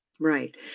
Right